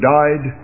died